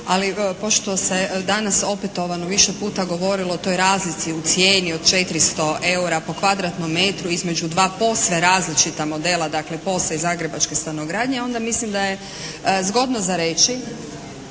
ali pošto se danas opetovano više puta govorilo o toj razlici u cijeni od 400 eura po kvadratnom metru između dva posve različita modela, dakle POS-a i zagrebačke stanogradnje onda mislim da je zgodno za reći